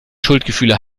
schuldgefühle